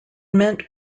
meant